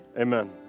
amen